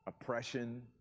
oppression